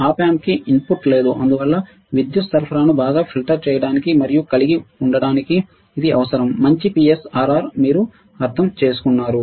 Op amp కి input లేదు అందువల్ల విద్యుత్ సరఫరాను బాగా ఫిల్టర్ చేయడానికి మరియు కలిగి ఉండటానికి ఇది అవసరం మంచి PSRR మీరుఅర్థంచేసుకున్నారు